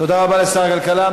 תודה רבה לשר הכלכלה.